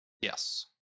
Yes